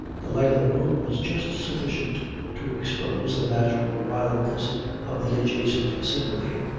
the light of the moon was just sufficient to expose the natural wildness of the adjacent scenery.